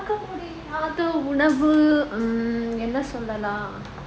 மறக்க முடியாத உணவு:maraka mudiyaatha unavu mm என்ன சொல்லலாம்:enna sollalaam lah